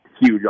huge